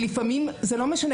זה לא משנה.